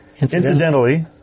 incidentally